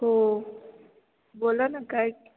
हो बोला ना काय